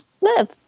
live